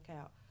out